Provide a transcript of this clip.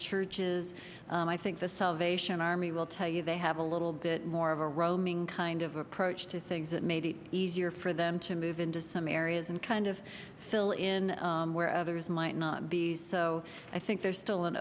churches and i think the salvation army will tell you they have a little bit more of a roaming kind of approach to things that made it easier for them to move into some areas and kind of fill in where others might not be so i think there's still an